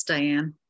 Diane